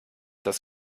das